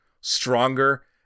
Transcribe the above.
stronger